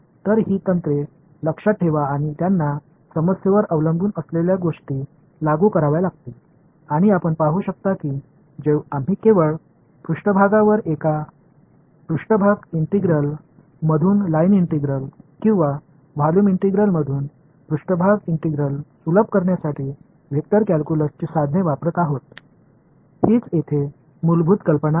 तर ही तंत्रे लक्षात ठेवा आपण त्यांना समस्येवर अवलंबून असलेल्या गोष्टी लागू कराव्या लागतील आणि आपण पाहू शकता की आम्ही केवळ पृष्ठभागावर एका पृष्ठभाग इंटिग्रल मधून लाइन इंटिग्रल किंवा व्हॉल्यूम इंटिग्रल मधून पृष्ठभाग इंटिग्रल सुलभ करण्यासाठी वेक्टर कॅलक्युलसची साधने वापरत आहोत हीच येथे मूलभूत कल्पना आहे